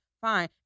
fine